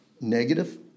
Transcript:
negative